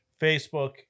Facebook